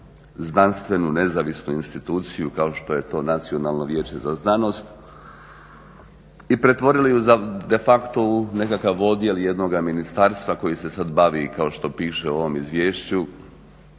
znanstvenu nezavisnu instituciju kao što je to Nacionalno vijeće za znanost i pretvorili ju de facto u nekakav odjel jednoga ministarstva koji se sada bavi, kao što piše u ovom izvješću,